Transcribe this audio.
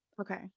Okay